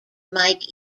mike